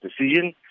decision